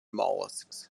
molluscs